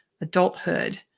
adulthood